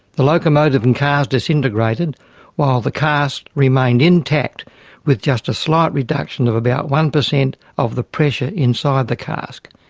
the locomotive and cars disintegrated while the cask remained intact with just a slight reduction of about one percent of the pressure inside the cask.